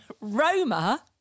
Roma